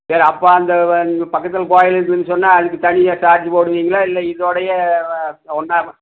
சரி அப்போ அந்த பக்கத்தில் கோவில் இருக்குதுன்னு சொன்னால் அதுக்கு தனியாக சார்ஜ் போடுவிங்களா இல்லை இதோடயே ஒன்னாக